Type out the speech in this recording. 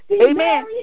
amen